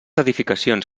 edificacions